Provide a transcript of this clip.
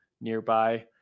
nearby